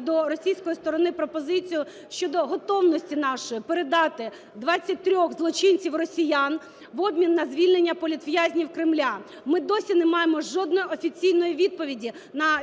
до російської сторони пропозицію щодо готовності нашої передати 23 злочинців-росіян в обмін на звільнення політв'язнів Кремля. Ми досі не маємо жодної офіційної відповіді на ці